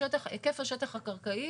היקף השטח הקרקעי